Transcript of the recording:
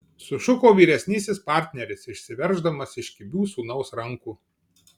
sušuko vyresnysis partneris išsiverždamas iš kibių sūnaus rankų